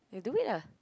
we will do it ah